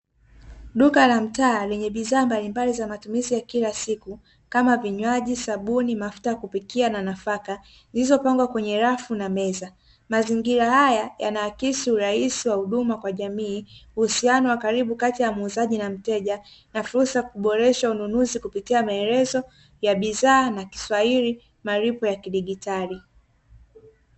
Duka la mtaa lenye bidhaa mbalimbali za matumizi ya kila siku kama vinywaji, sabuni mafuta ya kupikia na nafaka zilizopangwa kwenye rafu na meza. mazinira haya yanaakisi urahisi wa huduma kwa jamii uhusiano wa karibu kati ya muuzaji na mteja na fursa kuboreshwa ununuzi kupitia maelezo ya bidhaa za kiswahili na malipo ya kidigitali.